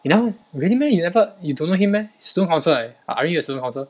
you never really meh you never you don't know him meh student council leh are you a student council